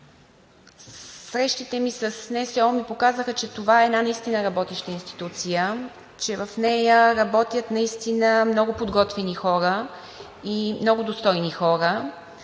Срещите ми с НСО ми показаха, че това е една наистина работеща институция, че в нея работят наистина много подготвени хора, много достойни хора.